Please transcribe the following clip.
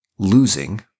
Losing